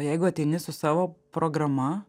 jeigu ateini su savo programa